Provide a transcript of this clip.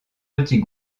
petit